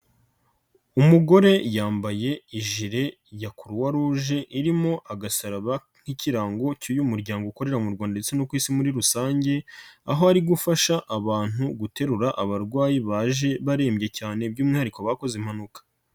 Umugore yambaye ijire ya Croix rouge irimo agasaraba nk'ikirango cy'uyu muryango ukorera mu Rwanda ndetse no ku Isi muri rusange, aho ari gufasha abantu guterura abarwayi baje barembye cyane by'umwihariko bakoze impanuka.